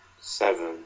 Seven